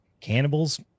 Cannibals